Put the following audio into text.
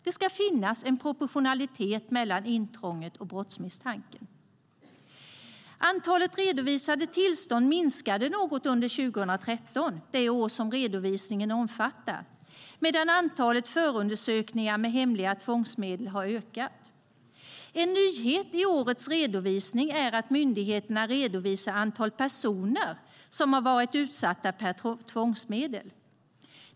Det ska finnas en proportionalitet mellan intrånget och brottsmisstanken. Antalet redovisade tillstånd minskade något under 2013, det år som redovisningen omfattar, medan antalet förundersökningar med hemliga tvångsmedel har ökat. En nyhet i årets redovisning är att myndigheterna redovisar antal personer som har varit utsatta per tvångsmedel.